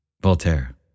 Voltaire